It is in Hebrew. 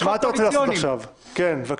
תראה, הם אפילו לא עונים.